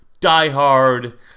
diehard